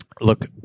Look